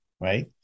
right